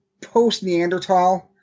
post-Neanderthal